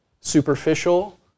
superficial